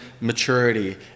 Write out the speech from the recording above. maturity